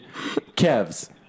Kev's